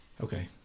Okay